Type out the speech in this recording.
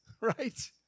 right